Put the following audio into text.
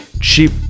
cheap